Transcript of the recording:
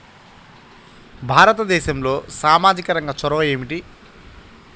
భారతదేశంలో సామాజిక రంగ చొరవ ఏమిటి?